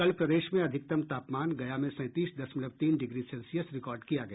कल प्रदेश में अधिकतम तापमान गया में सैंतीस दशमलव तीन डिग्री सेल्सियस रिकार्ड किया गया